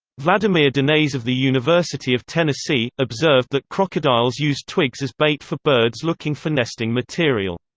vladimir dinets of the university of tennessee, observed that crocodiles use twigs as bait for birds looking for nesting material.